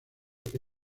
que